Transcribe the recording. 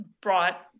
brought